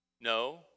No